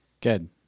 Good